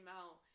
out